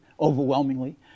overwhelmingly